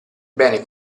bene